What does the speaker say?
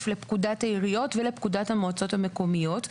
לפקודת העיריות ולפקודת המועצות המקומיות.